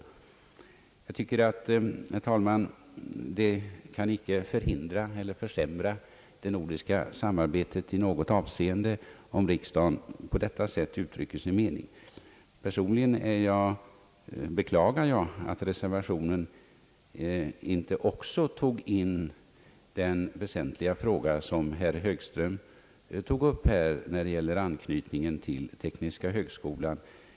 Jag tycker, herr talman, att det inte kan förhindra eller försämra det nordiska samarbetet i något avseende om riksdagen på detta sätt uttrycker sin mening. Personligen beklagar jag att reservationen inte också innefattade den väsentliga fråga som herr Högström tog upp, nämligen anknytning till tekniska högskolan.